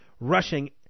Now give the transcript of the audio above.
rushing